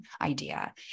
idea